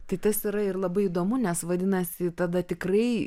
tai tas yra ir labai įdomu nes vadinasi tada tikrai